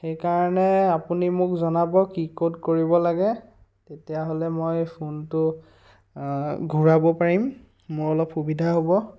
সেইকাৰণে আপুনি মোক জনাব কি ক'ত কৰিব লাগে তেতিয়াহ'লে মই ফোনটো ঘূৰাব পাৰিম মোৰ অলপ সুবিধা হ'ব